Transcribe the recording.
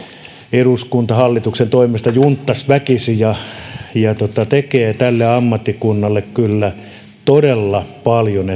eduskunta hallituksen toimesta junttasi väkisin ja mikä tekee tälle ammattikunnalle kyllä todella paljon